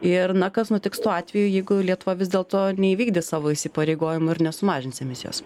ir na kas nutiks tuo atveju jeigu lietuva vis dėlto neįvykdys savo įsipareigojimų ir nesumažins emisijos